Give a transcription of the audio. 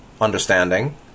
understanding